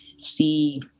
see